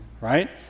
right